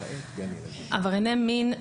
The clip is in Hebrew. עברייני מין,